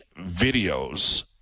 videos